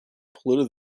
polluted